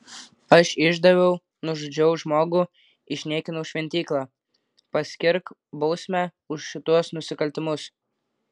aš išdaviau nužudžiau žmogų išniekinau šventyklą paskirk bausmę už šituos nusikaltimus